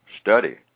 study